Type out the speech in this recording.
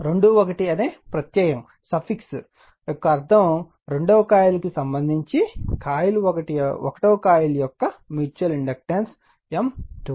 2 1 అనే ప్రత్యయం యొక్క అర్ధం కాయిల్ 2 కు సంబంధించి కాయిల్ 1 యొక్క మ్యూచువల్ ఇండక్టెన్స్ M21